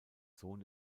sohn